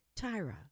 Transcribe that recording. Tyra